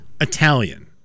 Italian